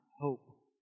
hope